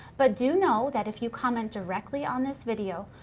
but do know that if you comment directly on this video,